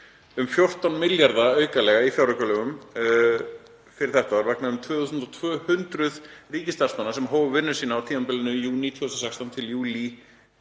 um 14 milljarða aukalega í fjáraukalögum fyrir þetta ár vegna um 2.200 ríkisstarfsmanna sem hófu vinnu sína á tímabilinu júní 2016 til júní 2018.